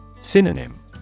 Synonym